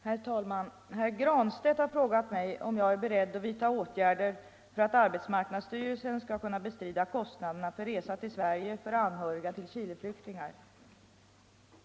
Herr talman! Herr Granstedt har frågat mig om jag är beredd att vidta åtgärder för att arbetsmarknadsstyrelsen skall kunna bestrida kostnaderna för resa till Sverige för anhöriga till Chileflyktingar.